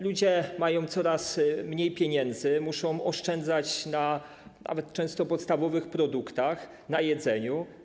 Ludzie mają coraz mniej pieniędzy, muszą oszczędzać często nawet na podstawowych produktach, na jedzeniu.